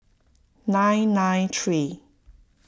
nine nine three